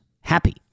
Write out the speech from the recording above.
happy